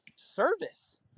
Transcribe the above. service